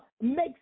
makes